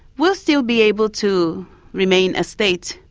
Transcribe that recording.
we'll still be able to remain a state.